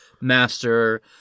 master